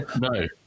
No